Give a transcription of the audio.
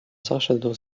zaszedł